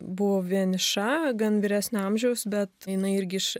buvo vieniša gan vyresnio amžiaus bet jinai irgi iš